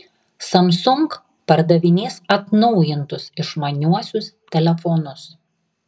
samsung pardavinės atnaujintus išmaniuosius telefonus